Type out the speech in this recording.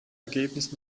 ergebnis